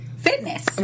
fitness